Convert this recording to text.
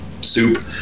soup